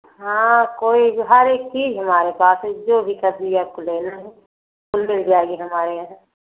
हाँ कोई हरेक चीज़ हमारे पास है जो भी सब्ज़ी आपको लेना है ले जाइए हमारे यहाँ से